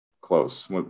Close